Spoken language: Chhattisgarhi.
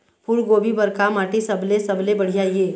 फूलगोभी बर का माटी सबले सबले बढ़िया ये?